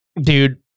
Dude